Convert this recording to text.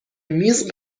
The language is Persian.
میز